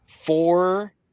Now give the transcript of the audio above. four